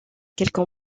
quelques